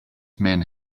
men